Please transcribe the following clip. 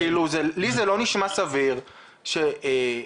לי זה לא נשמע סביר שעוקרים,